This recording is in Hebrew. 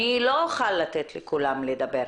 אני לא אוכל לתת לכולם לדבר.